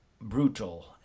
brutal